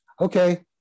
okay